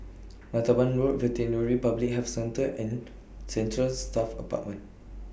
Martaban Road Veterinary Public Health Centre and Central Staff Apartment